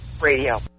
Radio